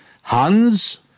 Hans